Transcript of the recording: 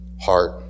heart